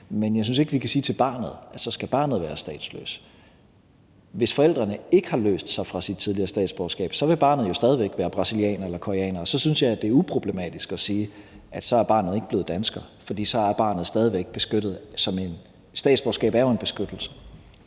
Men jeg synes ikke, at vi kan sige til barnet, at så skal barnet være statsløs. Hvis forældrene ikke har løst sig fra deres tidligere statsborgerskab, vil barnet jo stadig væk være brasilianer eller koreaner, og så synes jeg, det er uproblematisk at sige, at barnet ikke er blevet dansker, for så er barnet stadig væk beskyttet. Statsborgerskabet er jo en beskyttelse.